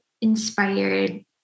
inspired